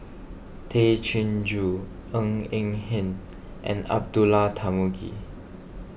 Tay Chin Joo Ng Eng Hen and Abdullah Tarmugi